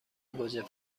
گوجه